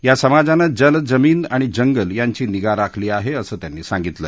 या समाजानं जल जमीन आणि जंगल यांची निगा राखली आहे असे त्यांनी सांगितले